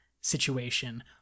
situation